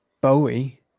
Bowie